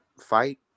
fight